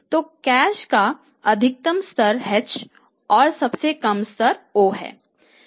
तो कैश का अधिकतम स्तर h और सबसे कम स्तर o है